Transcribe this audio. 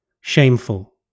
Shameful